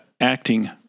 acting